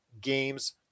Games